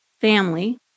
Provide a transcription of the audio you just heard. family